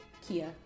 Kia